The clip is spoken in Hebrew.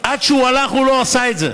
עד שהוא הלך הוא לא עשה את זה.